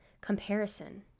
comparison